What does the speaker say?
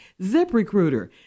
ZipRecruiter